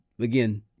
again